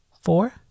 four